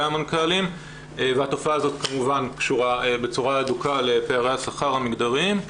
המנכ"לים והתופעה הזאת כמובן קשורה בצורה הדוקה לפערי השכר המגדריים.